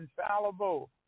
infallible